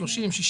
30 ימים,